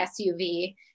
SUV